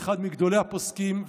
אחד מגדולי הפוסקים,